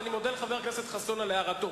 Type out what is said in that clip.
ואני מודה לחבר הכנסת חסון על הערתו.